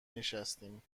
نشستیم